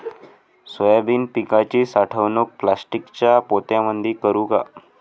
Soybean पिकाची साठवणूक प्लास्टिकच्या पोत्यामंदी करू का?